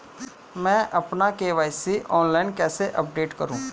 मैं अपना KYC online कैसे अपडेट करूँ?